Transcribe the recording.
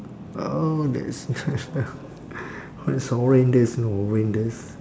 oh that's that's horrendous know horrendous